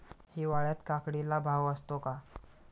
हिवाळ्यात काकडीला भाव असतो का?